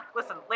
Listen